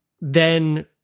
then-